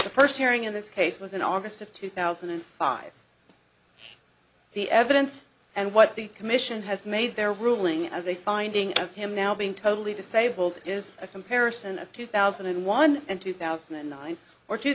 the first hearing in this case was in august of two thousand and five the evidence and what the commission has made their ruling as a finding of him now being totally disabled is a comparison of two thousand and one and two thousand and nine or two